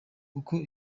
kuko